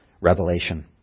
Revelation